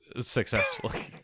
successfully